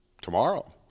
tomorrow